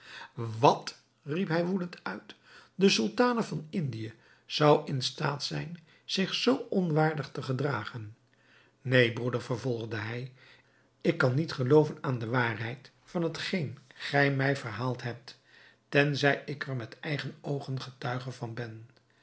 wat riep hij woedend uit de sultane van indië zou in staat zijn zich zoo onwaardig te gedragen neen broeder vervolgde hij ik kan niet gelooven aan de waarheid van hetgeen gij mij verhaald hebt tenzij ik er met eigen oogen getuige van ben